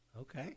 Okay